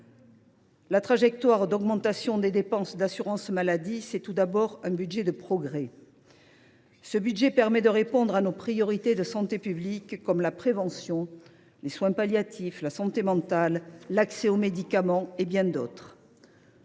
La trajectoire d’augmentation des dépenses d’assurance maladie, c’est tout d’abord un budget de progrès. Ce budget permet de répondre à nos priorités de santé publique, comme la prévention, les soins palliatifs, la santé mentale ou l’accès aux médicaments, entre autres.